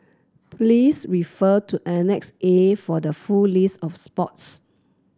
please refer to Annex A for the full list of sports